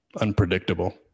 unpredictable